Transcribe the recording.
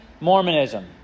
Mormonism